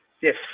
yes